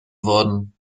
worden